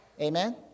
Amen